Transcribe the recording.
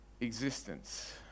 existence